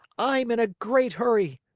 i'm in a great hurry.